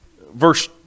verse